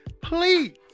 please